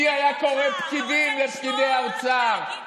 מי היה קורא "פקידים" לפקידי האוצר?